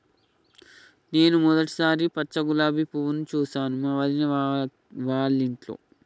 నేను మొదటిసారి పచ్చ గులాబీ పువ్వును చూసాను మా వదిన వాళ్ళింట్లో